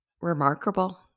remarkable